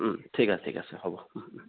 ওম ঠিক আছে ঠিক আছে হ'ব ওম ওম